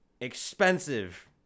expensive